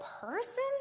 person